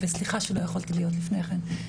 סליחה שלא יכולתי להיות לפני כן.